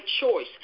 choice